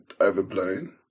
overblown